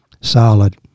solid